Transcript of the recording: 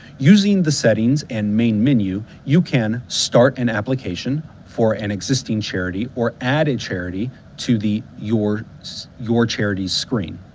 using the settings and main menu, you can start an application for an existing charity or add a charity to the your your charities screen